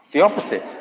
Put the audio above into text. the opposite,